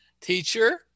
teacher